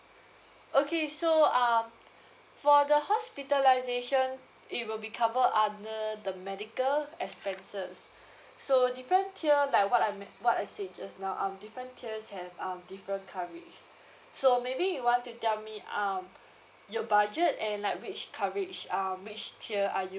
okay so um for the hospitalisation it will be covered under the medical expenses so different tier like what I'd mentioned what I said just now um different tiers have um different coverage so maybe you want to tell me um your budget and like which coverage um which tier are you